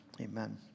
Amen